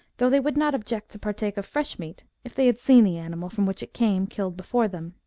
though they would not object to partake of fresh meat, if they had seen the animal, from which it came, killed before them.